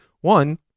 One